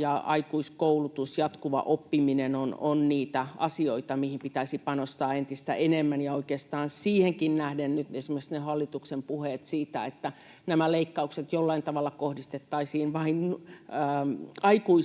ja aikuiskoulutus, jatkuva oppiminen, on niitä asioita, mihin pitäisi panostaa entistä enemmän. Oikeastaan siihenkin nähden nyt esimerkiksi hallituksen puheet siitä, että nämä leikkaukset jollain tavalla kohdistettaisiin vain aikuisiin